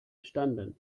bestanden